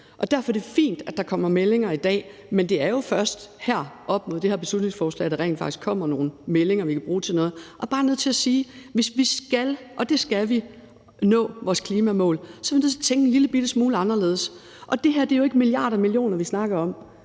Derfor er det fint, at der kommer meldinger i dag, men det er jo først her op mod behandlingen af det her beslutningsforslag, at der rent faktisk kommer nogle meldinger, vi kan bruge til noget. Jeg er bare nødt til at sige, at hvis vi skal – og det skal vi – nå vores klimamål, er vi nødt til at tænke en lillebitte smule anderledes. Og det her er jo ikke milliarder, vi snakker om.